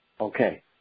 Okay